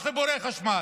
על חיבורי החשמל,